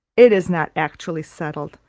it is not actually settled,